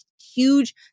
huge